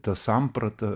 ta samprata